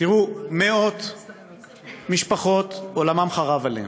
תראו, מאות משפחות, עולמן חרב עליהן.